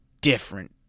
different